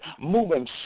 moving